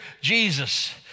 Jesus